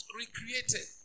recreated